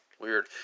weird